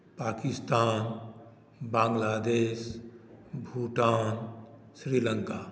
Pakistan Bangladesh Bhutan Sri Lanka